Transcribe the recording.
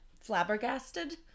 Flabbergasted